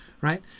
Right